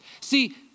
See